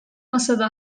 masada